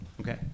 Okay